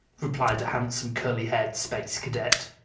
replied a handsome curly-haired space cadet.